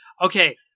okay